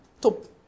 Top